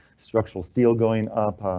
structural steel going up,